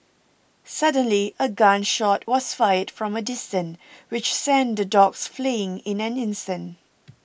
suddenly a gun shot was fired from a distance which sent the dogs fleeing in an instant